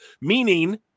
Meaning